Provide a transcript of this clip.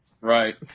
Right